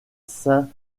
saint